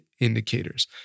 indicators